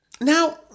Now